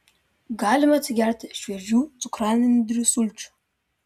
galime atsigerti šviežių cukranendrių sulčių